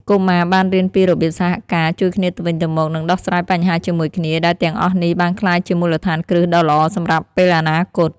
កុមារបានរៀនពីរបៀបសហការ ជួយគ្នាទៅវិញទៅមក និងដោះស្រាយបញ្ហាជាមួយគ្នា ដែលទាំងអស់នេះបានក្លាយជាមូលដ្ឋានគ្រឹះដ៏ល្អសម្រាប់ពេលអនាគត។